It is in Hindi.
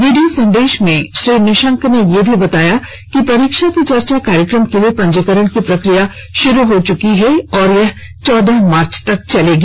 वीडियो संदेश में श्री निशंक ने यह भी बताया कि परीक्षा पे चर्चा कार्यक्रम के लिए पंजीकरण की प्रक्रिया शुरू हो चुकी है और यह चौदह मार्च तक चलेगी